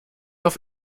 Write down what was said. auf